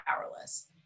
powerless